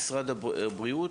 משרד הבריאות?